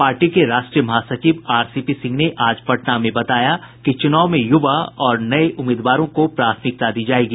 party के राष्ट्रीय महासचिव आर सी पी सिंह ने आज पटना में बताया कि चुनाव में यूवा और नये उम्मीदवारों को प्राथमिकता दी जायेगी